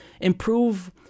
improve